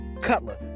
Cutler